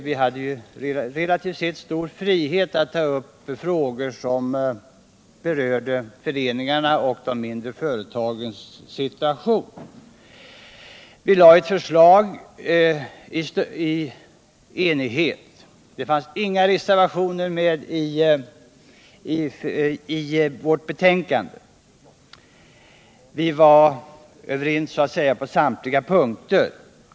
Vi hade relativt sett stor frihet att ta upp frågor som berörde företagarföreningarna och de mindre företagens situation. Vi lade fram ett förslag i enighet. Det fanns inga reservationer med i vårt betänkande, och vi var alltså överens på samtliga punkter.